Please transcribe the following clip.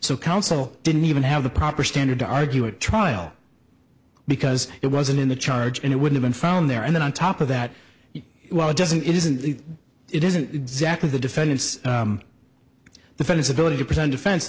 so counsel didn't even have the proper standard to argue at trial because it wasn't in the charge and it would have been found there and then on top of that well it doesn't it isn't it isn't exactly the defendant's the fed his ability to present defen